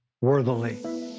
worthily